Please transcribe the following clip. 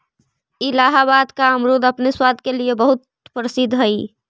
इलाहाबाद का अमरुद अपने स्वाद के लिए बहुत प्रसिद्ध हई